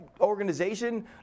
organization